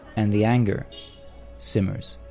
and the anger simmers.